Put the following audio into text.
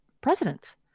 presidents